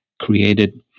created